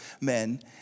men